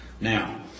Now